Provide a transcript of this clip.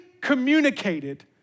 communicated